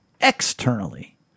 externally